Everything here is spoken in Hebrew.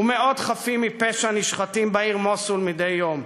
ומאות חפים מפשע נשחטים בעיר מוסול מדי יום.